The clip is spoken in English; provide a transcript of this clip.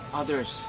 others